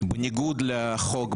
בניגוד לחוק,